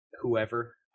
whoever